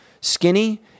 skinny